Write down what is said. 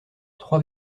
trois